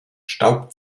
staub